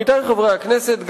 עמיתי חברי הכנסת,